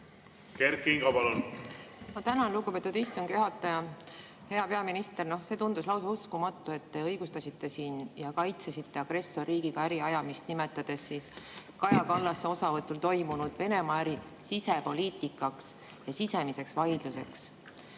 Kert Kingo, palun! Ma tänan, lugupeetud istungi juhataja! Hea peaminister! See tundus lausa uskumatu, et te õigustasite siin ja kaitsesite agressorriigiga äri ajamist, nimetades Kaja Kallase osavõtul toimunud Venemaa-äri sisepoliitikaks ja sisemiseks vaidluseks.